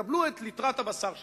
קבלו את ליטרת הבשר שלכם,